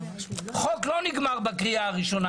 חוק לא נגמר בקריאה הראשונה,